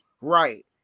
right